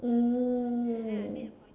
mm